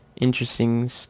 interesting